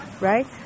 right